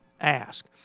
ask